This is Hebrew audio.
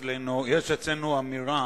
יש אצלנו אמירה: